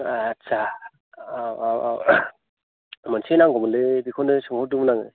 आटसा औ औ औ मोनसे नांगौमोनलै बेखौनो सोंहरदोंमोन आङो